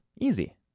easy